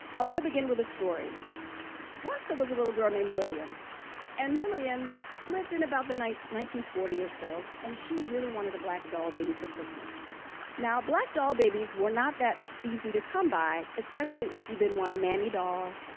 i want to begin with a story once there was a little girl named lillian and lillian lived in about the nineteen nineteen forty or so and she really wanted a black doll baby for christmas now black doll babies were not that easy to come by especially if you didn't want a mammy doll,